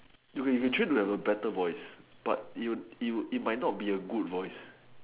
okay you try to have a better voice but it might not be a good voice